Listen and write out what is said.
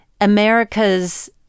America's